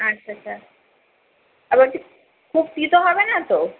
আচ্ছা আচ্ছা আবার কি খুব তিতো হবে না তো